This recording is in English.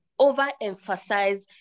overemphasize